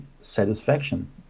satisfaction